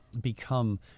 become